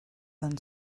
than